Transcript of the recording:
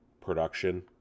production